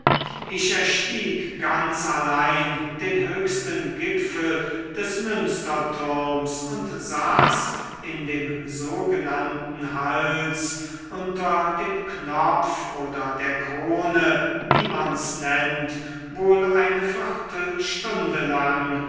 ich erstieg ganz allein den höchsten gipfel des münsterturms und saß in dem sogenannten hals unter dem knopf oder der krone wie man's nennt wohl eine viertelstunde lang